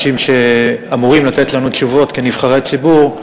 והאנשים שאמורים לתת לנו תשובות, כנבחרי ציבור,